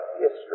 history